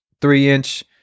three-inch